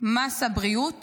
מס הבריאות